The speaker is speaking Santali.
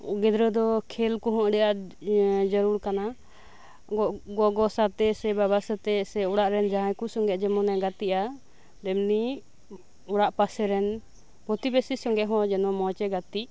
ᱜᱤᱫᱽᱨᱟᱹ ᱫᱚ ᱠᱷᱮᱞ ᱠᱚᱦᱚᱸ ᱟᱰᱤ ᱟᱸᱴ ᱡᱟᱨᱩᱲ ᱠᱟᱱᱟ ᱜᱚ ᱜᱚᱜᱚ ᱥᱟᱛᱮ ᱥᱮ ᱵᱟᱵᱟ ᱥᱟᱶᱛᱮ ᱥᱮ ᱚᱲᱟᱜ ᱨᱮᱱ ᱡᱟᱦᱟᱸᱭ ᱠᱚ ᱥᱚᱸᱜᱮᱜ ᱮ ᱡᱮᱢᱚᱱᱮ ᱜᱟᱛᱮᱜᱼᱟ ᱮᱢᱱᱤ ᱚᱲᱟᱜ ᱯᱟᱥᱮᱨᱮᱱ ᱯᱨᱚᱛᱤᱵᱮᱥᱤ ᱦᱚᱸ ᱡᱟᱛᱮ ᱢᱚᱸᱡᱽ ᱮ ᱜᱟᱛᱮᱜ